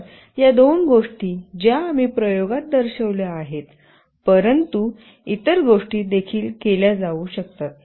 तर या दोन गोष्टी ज्या आम्ही प्रयोगात दर्शविल्या आहेत परंतु इतर गोष्टी देखील केल्या जाऊ शकतात